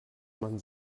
man